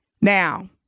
Now